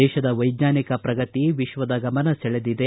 ದೇಶದ ವೈಜ್ಞಾನಿಕ ಪ್ರಗತಿ ವಿಶ್ವದ ಗಮನ ಸೆಳೆದಿದೆ